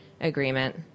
agreement